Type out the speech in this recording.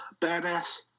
badass